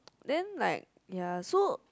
then like ya so